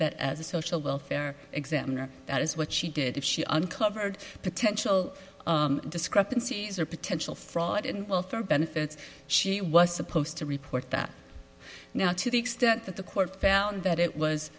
that as a social welfare examiner that is what she did if she uncovered potential discrepancies or potential fraud in welfare benefits she was supposed to report that now to the extent that the court found that it was